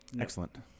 Excellent